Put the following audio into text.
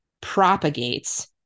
propagates